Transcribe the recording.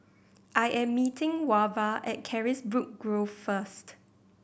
I am meeting Wava at Carisbrooke Grove first